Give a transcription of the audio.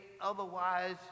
otherwise